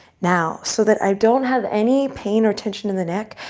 now, so that i don't have any pain or tension in the neck,